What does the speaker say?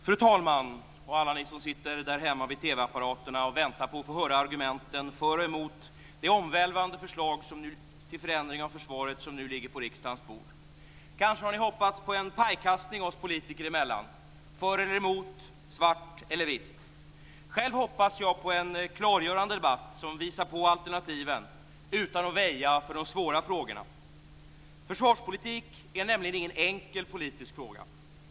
Fru talman! Alla ni som sitter därhemma vid TV apparaterna och väntar på att få höra argumenten för och emot det omvälvande förslag till förändring av försvaret som nu ligger på riksdagens bord! Ni kanske har hoppats på en pajkastning oss politiker emellan: för eller emot, svart eller vitt. Själv hoppas jag på en klargörande debatt som visar på alternativen utan att väja för de svåra frågorna. Försvarspolitik är nämligen ingen enkel politisk fråga.